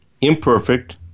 imperfect